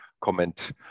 comment